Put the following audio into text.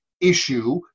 issue